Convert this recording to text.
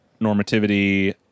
normativity